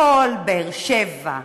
כל באר-שבע,